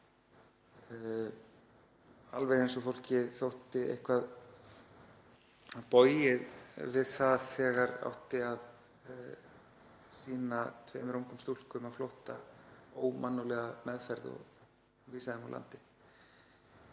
alveg eins og fólki þótti eitthvað bogið við það þegar átti að sýna tveimur ungum stúlkum á flótta ómannúðlega meðferð og vísa þeim úr landi.